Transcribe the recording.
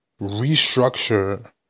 restructure